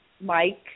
Mike